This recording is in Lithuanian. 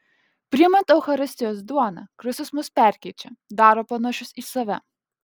priimant eucharistijos duoną kristus mus perkeičia daro panašius į save